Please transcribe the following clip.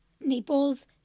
Naples